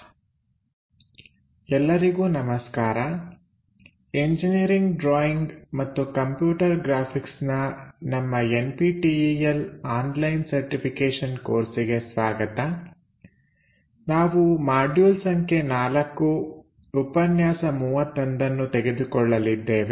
orthographic projection II ಭಾಗ 1 1 ಎಲ್ಲರಿಗೂ ನಮಸ್ಕಾರ ಎಂಜಿನಿಯರಿಂಗ್ ಡ್ರಾಯಿಂಗ್ ಮತ್ತು ಕಂಪ್ಯೂಟರ್ ಗ್ರಾಫಿಕ್ಸ್ ನ ನಮ್ಮ N P T E L online certification ಕೋರ್ಸಿಗೆ ಸ್ವಾಗತ ನಾವು ಮಾಡ್ಯೂಲ್ ಸಂಖ್ಯೆ 4 ಉಪನ್ಯಾಸ 31ನ್ನು ತೆಗೆದುಕೊಳ್ಳಲಿದ್ದೇವೆ